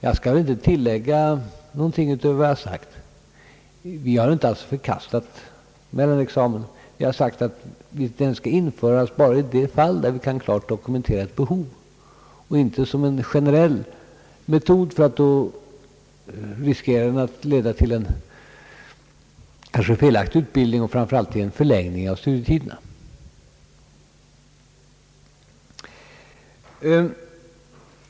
Jag skall inte tillägga något utöver vad jag redan sagt. Vi har inte alls förkastat mellanexamen, men vi har sagt att den skall införas bara i de fall då ett klart dokumenterat behov föreligger och inte som generell metod. Då skulle man riskera felaktig utbildning och framför allt förlängning av studietiderna.